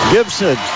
Gibson